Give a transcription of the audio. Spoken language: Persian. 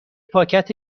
پاکت